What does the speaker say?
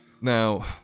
Now